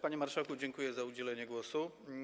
Panie marszałku, dziękuję za udzielenie głosu.